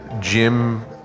jim